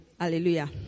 hallelujah